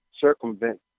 circumvent